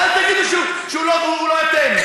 ואל תגידו שהוא לא אתם.